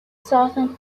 southern